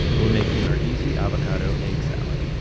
we're making our easy avocado egg salad.